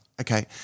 Okay